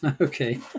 Okay